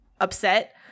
upset